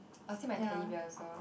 I will say my Teddy Bear also